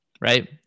right